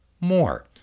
more